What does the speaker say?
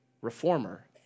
reformer